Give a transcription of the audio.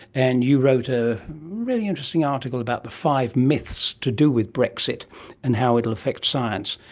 and you wrote a really interesting article about the five myths to do with brexit and how it will affect science.